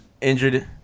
injured